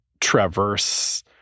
traverse